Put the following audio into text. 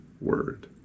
word